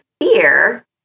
fear